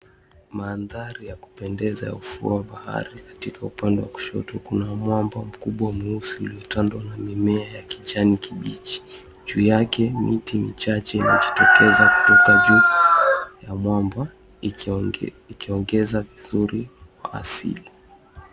Maanthari ya kupendeza ya ufuo wa bahari. Katika upande wa kushoto kuna mwamba mkubwa mweusi uliotanda mimea ya kijani kibichi. Juu yake miti michache imejitokeza kutoka juu ikiongeza uzuri wa kiasili .